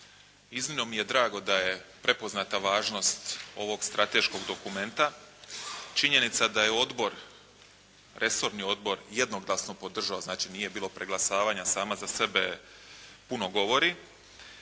Iznimno mi je drago da je prepoznata važnost ovog strateškog dokumenta. Činjenica da je odbor, resorni odbor jednoglasno podržao. Znači, nije bilo preglasavanja sama za sebe puno govori.